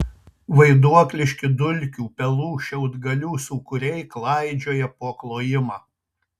vaiduokliški dulkių pelų šiaudgalių sūkuriai klaidžiojo po klojimą